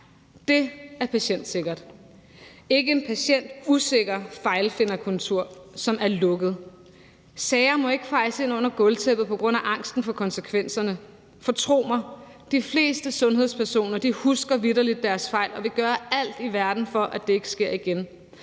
Dét er patientsikkert – ikke en patientusikker fejlfinderkultur, som er lukket. Sager må ikke fejes ind under gulvtæppet på grund af angsten for konsekvenserne, og tro mig, de fleste sundhedspersoner husker vitterlig deres fejl og vil gøre alt i verden, for at det ikke sker igen.